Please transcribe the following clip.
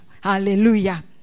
Hallelujah